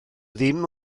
ddim